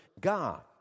God